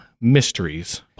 Mysteries